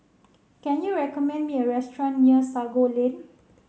can you recommend me a restaurant near Sago Lane